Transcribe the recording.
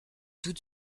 tout